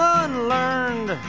unlearned